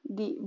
di